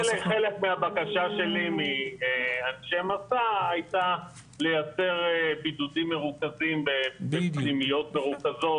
חלק מהבקשה שלי מאנשי מסע הייתה לייצר בידודים מרוכזים בפנימיות מרוכזות